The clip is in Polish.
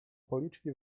policzki